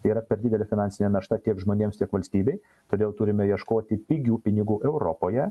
yra per didelė finansinė našta tiek žmonėms tiek valstybei todėl turime ieškoti pigių pinigų europoje